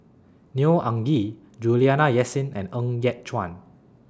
Neo Anngee Juliana Yasin and Ng Yat Chuan